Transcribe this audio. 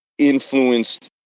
Influenced